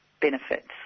benefits